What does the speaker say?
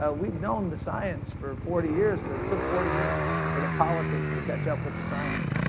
ah we've known the science for forty years but it took forty years for the politics to catch up with the science.